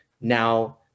now